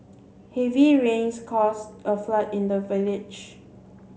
heavy rains caused a flood in the village